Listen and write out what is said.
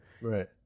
Right